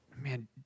man